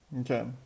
Okay